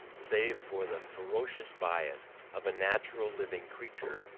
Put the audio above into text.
save for the ferocious bias of a natural living creature,